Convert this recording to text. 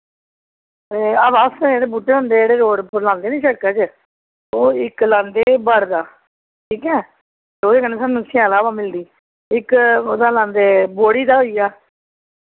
हवा आस्तै जेह्ड़े बूह्टे होंदे जेह्ड़े रोड़ उप्पर लांदे निं शिड़का च ओह् इक लांदे बड़ दा ठीक ऐ ओह्दे कन्नै सानू शैल हवा मिलदी इक ओह्दा लांदे बोढ़ी दा होई गेआ